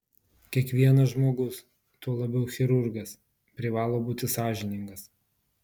kiekvienas žmogus tuo labiau chirurgas privalo būti sąžiningas